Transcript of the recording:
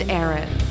Aaron